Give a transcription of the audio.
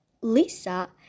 lisa